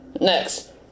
Next